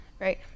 right